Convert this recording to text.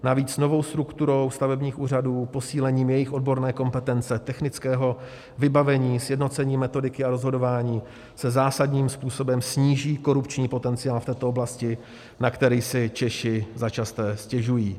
Navíc novou strukturou stavebních úřadů, posílením jejich odborné kompetence, technického vybavení, sjednocením metodiky a rozhodování se zásadním způsobem sníží korupční potenciál v této oblasti, na který si Češi začasté stěžují.